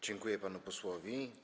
Dziękuję panu posłowi.